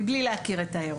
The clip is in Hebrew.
מבלי להכיר את האירוע.